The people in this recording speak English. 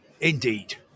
Indeed